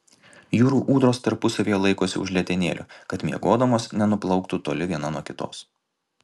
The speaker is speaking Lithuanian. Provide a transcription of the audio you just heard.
jūrų ūdros tarpusavyje laikosi už letenėlių kad miegodamos nenuplauktų toli viena nuo kitos